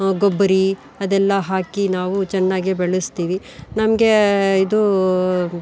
ಗೊಬ್ಬರ ಅದೆಲ್ಲ ಹಾಕಿ ನಾವು ಚೆನ್ನಾಗಿ ಬೆಳೆಸ್ತೀವಿ ನಮಗೆ ಇದು